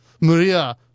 Maria